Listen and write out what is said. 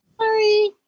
Sorry